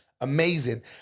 amazing